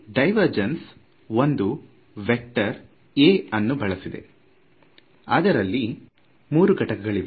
divergence ಒಂದು vector a ಅನ್ನು ಬಳಸಿದೆ ಇದರಲ್ಲಿ ಮೂರು ಘಟಗಳನ್ನು ಹೊಂದಿದೆ